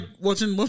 watching